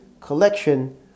collection